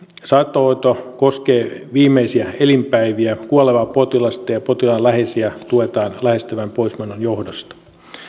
saattohoito koskee viimeisiä elinpäiviä kuolevaa potilasta ja potilaan läheisiä tuetaan lähestyvän poismenon johdosta